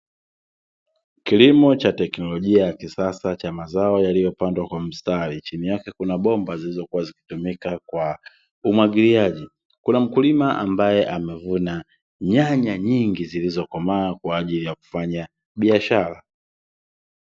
kilimo cha teknolojia ya kisasa cha mazao, yaliyopandwa kwa mstari chini yake kuna bomba zilizokuwa zikitumika kwa umwagiliaji .kuna mkulima ambae amevuna nyanya nyingi zilizokomaa kwa ajili ya kufanya biashara.